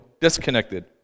disconnected